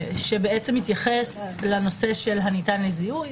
שמתייחס לנושא של "הניתן לזיהוי,